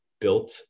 built